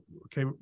Okay